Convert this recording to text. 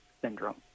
syndrome